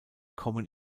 kommen